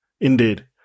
Indeed